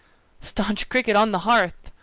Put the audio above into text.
staunch cricket on the hearth!